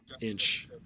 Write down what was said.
inch